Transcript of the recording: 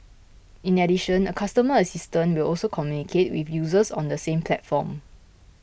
in addition a customer assistant will also communicate with users on the same platform